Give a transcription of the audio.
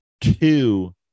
two